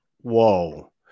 Whoa